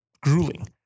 grueling